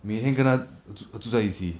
每天跟他住住在一起